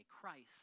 Christ